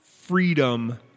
freedom